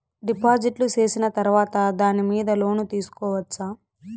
డిపాజిట్లు సేసిన తర్వాత దాని మీద లోను తీసుకోవచ్చా?